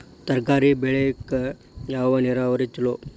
ತರಕಾರಿ ಬೆಳಿಲಿಕ್ಕ ಯಾವ ನೇರಾವರಿ ಛಲೋ?